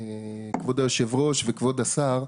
כבוד היושב-ראש וכבוד השר,